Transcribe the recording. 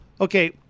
Okay